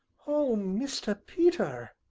oh, mr. peter,